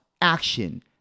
action